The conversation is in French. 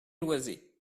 loizé